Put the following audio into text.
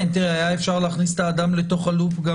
היה אפשר להכניס את האדם לתוך הלופ גם